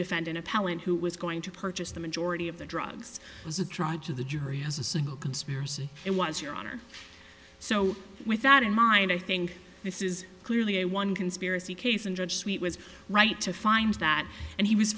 defendant appellant who was going to purchase the majority of the drugs was a tried to the jury as a single conspiracy it was your honor so with that in mind i think this is clearly a one conspiracy case and judge sweet was right to find that and he was